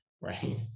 right